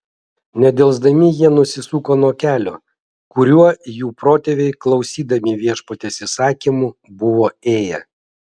nedelsdami jie nusisuko nuo kelio kuriuo jų protėviai klausydami viešpaties įsakymų buvo ėję